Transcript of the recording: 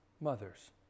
mothers